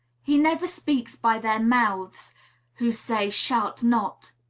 he never speaks by their mouths who say shalt not.